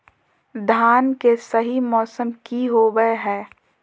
धान के सही मौसम की होवय हैय?